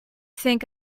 think